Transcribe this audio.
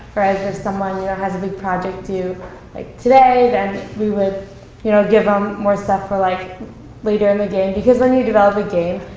whereas if someone yeah has a big project due like today, then we would you know give them more stuff for like later in the day. because when you develop a game,